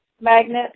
magnet